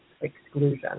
exclusion